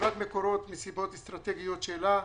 חברת מקורות מסיבות אסטרטגיות שלה,